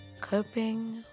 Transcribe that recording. coping